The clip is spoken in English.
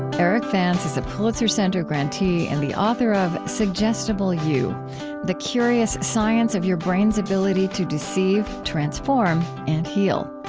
erik vance is a pulitzer center grantee and the author of suggestible you the curious science of your brain's ability to deceive, transform, and heal.